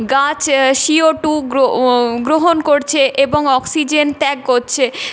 গাছ সিওটু গ্র ও গ্রহণ করছে এবং অক্সিজেন ত্যাগ করছে